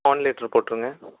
one litre போட்டிருங்க